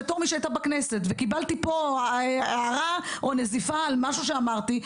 בתור מי שהייתה בכנסת וקיבלה פה הערה או נזיפה על משהו שאמרתי,